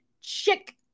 Chick